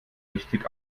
richtig